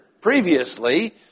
previously